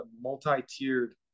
multi-tiered